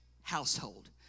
household